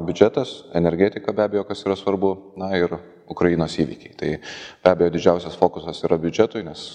biudžetas energetika be abejo kas yra svarbu na ir ukrainos įvykiai tai be abejo didžiausias fokusas yra biudžetui nes